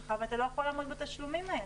שלך ואתה לא יכול לעמוד בתשלומים האלה,